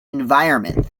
environment